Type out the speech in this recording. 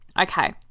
Okay